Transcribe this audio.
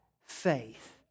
faith